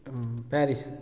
Paris